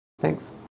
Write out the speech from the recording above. Thanks